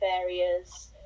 areas